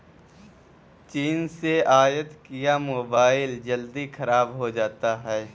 चीन से आयत किया मोबाइल जल्दी खराब हो जाता है